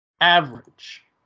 average